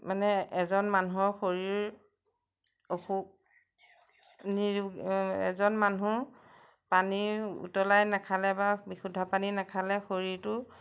মানে এজন মানুহৰ শৰীৰ অসুখ এজন মানুহ পানী উতলাই নাখালে বা বিশুদ্ধ পানী নাখালে শৰীৰটো